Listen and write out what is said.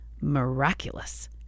miraculous